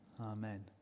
Amen